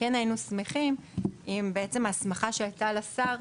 כן היינו שמחים אם בעצם ההסמכה שהייתה לשר,